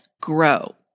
Grow